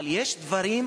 אבל יש דברים,